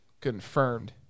confirmed